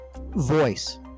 Voice